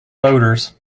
voters